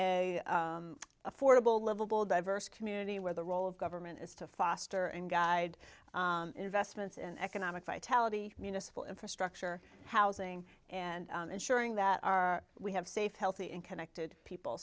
a affordable livable diverse community where the role of government is to foster and guide investments in economic vitality municipal infrastructure housing and ensuring that our we have safe healthy and connected people